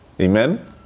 Amen